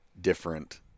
different